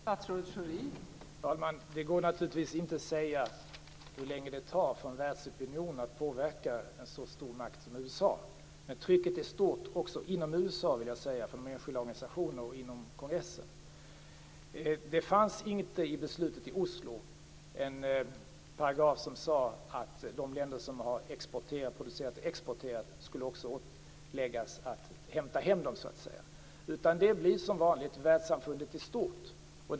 Fru talman! Det går naturligtvis inte att säga hur lång tid det tar för en världsopinion att påverka en så stor makt som USA. Men trycket är stort också inom USA, vill jag säga, från enskilda organisationer och inom kongressen. Det finns inte i beslutet i Oslo en paragraf som säger att de länder som har exporterat och producerat minor också skulle åläggas att hämta hem dem så att säga, utan det blir som vanligt världssamfundet i stort.